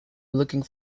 looking